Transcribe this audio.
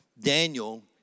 Daniel